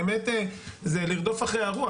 באמת זה לרדוף אחרי הרוח.